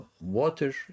water